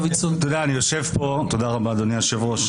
תודה רבה, אדוני היושב-ראש.